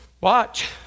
Watch